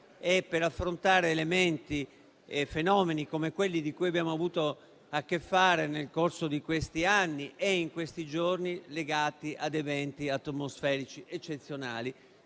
per affrontare elementi e fenomeni come quelli con cui abbiamo avuto a che fare nel corso di questi anni e in questi giorni e che sono legati ad eventi atmosferici eccezionali